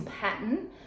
pattern